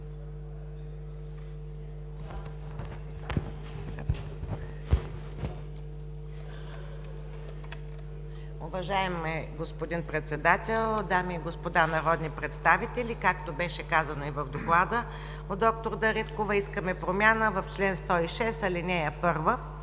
Уважаеми господин Председател, дами и господа народни представители! Както беше казано в Доклада от д-р Дариткова, искаме промяна в чл. 106, ал. 1.